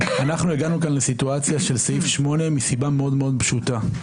הגענו כאן לסיטואציה של סעיף 8 מסיבה מאוד מאוד פשוטה.